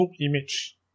image